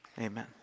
amen